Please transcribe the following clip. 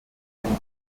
den